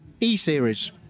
E-Series